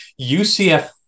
UCF